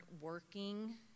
working